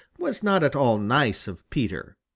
was not at all nice of peter.